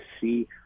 see